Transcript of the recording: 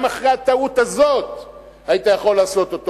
גם אחרי הטעות הזאת היית יכול לעשות אותו,